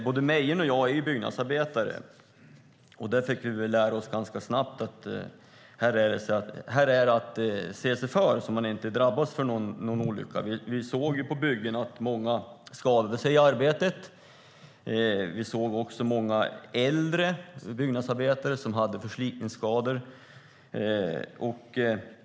Både Mejern och jag är byggnadsarbetare, och vi fick väl lära oss ganska snabbt att det gäller att se sig för så att man inte drabbas av någon olycka. Vi såg på byggena att många skadade sig i arbetet, och vi såg många äldre byggnadsarbetare som hade förslitningsskador.